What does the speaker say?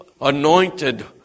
anointed